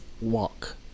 Walk